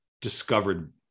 discovered